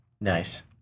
Nice